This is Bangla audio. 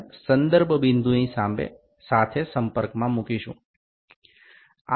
তারপরে যে বিন্দু থেকে মাপা হবে সেটির সাথে স্থির বাহুটি স্পর্শ করাই